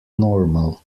normal